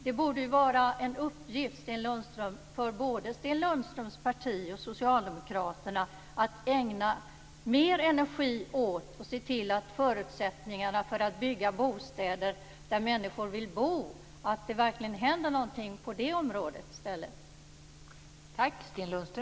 Det borde ju vara en uppgift för både Sten Lundströms parti och Socialdemokraterna att ägna mer energi åt att se till att det verkligen händer något när det gäller förutsättningarna för att bygga bostäder där människor vill bo.